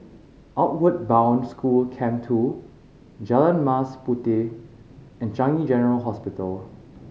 Outward Bound School Camp Two Jalan Mas Puteh and Changi General Hospital